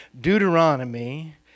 Deuteronomy